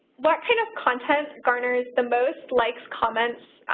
what kind of contest garner's the most likes, comments,